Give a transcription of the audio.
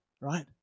right